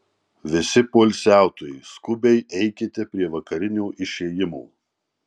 visi poilsiautojai skubiai eikite prie vakarinio išėjimo